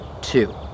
two